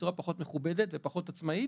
בצורה פחות מכובדת ופחות עצמאית,